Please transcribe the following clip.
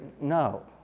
no